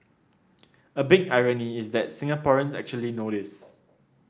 a big irony is that Singaporeans actually know this